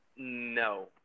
No